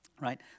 right